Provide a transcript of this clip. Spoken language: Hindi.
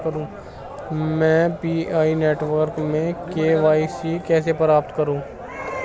मैं पी.आई नेटवर्क में के.वाई.सी कैसे प्राप्त करूँ?